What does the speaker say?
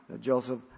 Joseph